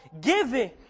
giving